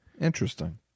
Interesting